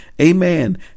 Amen